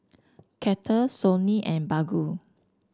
Kettle Sony and Baggu